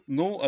no